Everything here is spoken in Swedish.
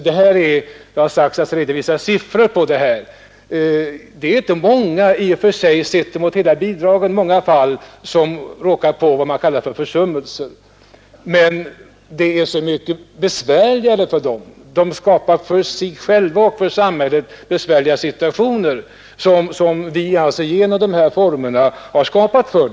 Det har talats om att redovisa siffror, men sett mot bakgrunden av hela bidraget så förekommer det inte många fall av vad man kallar försummelser. Dessa fall är dock så mycket besvärligare för dem som är försumliga. Det uppstår besvärliga situationer både för dem själva och för samhället på grund av de utbetalningsformer som vi nu har för bidraget.